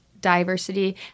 Diversity